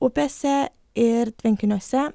upėse ir tvenkiniuose